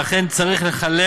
ולכן צריך לחלק